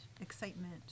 excitement